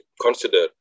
consider